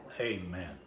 Amen